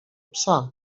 psa